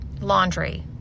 laundry